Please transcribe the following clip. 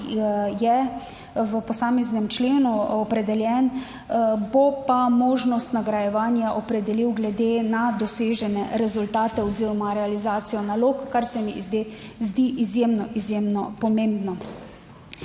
ki je v posameznem členu opredeljen, bo pa možnost nagrajevanja opredelil glede na dosežene rezultate oziroma realizacijo nalog, kar se mi zdi izjemno, izjemno pomembno.